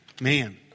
Man